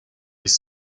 les